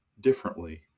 differently